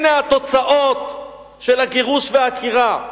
הנה התוצאות של הגירוש והעקירה.